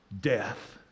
death